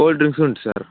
cold drinks ಉಂಟು sir